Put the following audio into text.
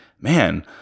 man